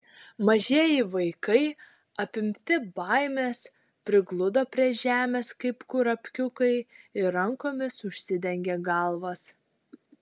mažieji vaikai apimti baimės prigludo prie žemės kaip kurapkiukai ir rankomis užsidengė galvas